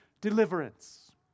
deliverance